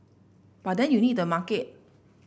but then you need the market